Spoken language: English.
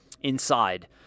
inside